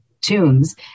tunes